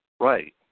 Right